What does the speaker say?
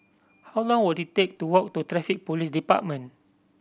how long will it take to walk to Traffic Police Department